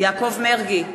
יעקב מרגי,